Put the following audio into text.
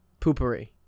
Poopery